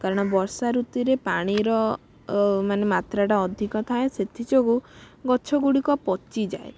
କାରଣ ବର୍ଷା ଋତୁରେ ପାଣିର ମାନେ ମାତ୍ରାଟା ଅଧିକ ଥାଏ ସେଥିଯୋଗୁଁ ଗଛ ଗୁଡ଼ିକ ପଚିଯାଏ